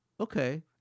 Okay